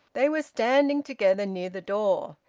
they were standing together near the door.